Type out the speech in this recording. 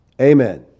Amen